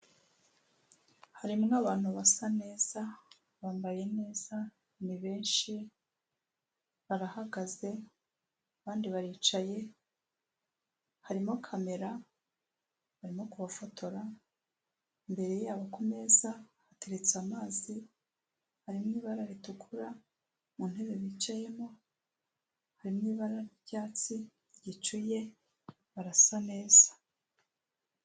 Harimo abantu basa neza bambaye neza, ni benshi barahagaze abandi baricaye, harimo kamera barimo kubafotora, imbere yabo ku meza hateretse amazi, harimo ibara ritukura mu ntebe bicayemo, hari ibara ry'icyatsi ryicuye barasa neza.